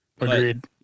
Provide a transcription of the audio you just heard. Agreed